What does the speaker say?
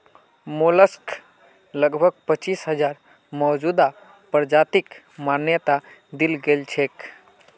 mollusc लगभग पचासी हजार मौजूदा प्रजातिक मान्यता दील गेल छेक